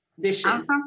dishes